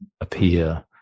appear